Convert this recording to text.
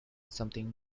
something